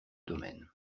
domaine